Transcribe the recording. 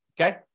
Okay